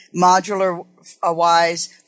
modular-wise